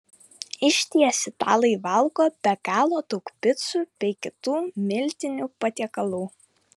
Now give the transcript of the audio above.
išties italai valgo be galo daug picų bei kitų miltinių patiekalų